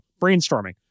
brainstorming